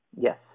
Yes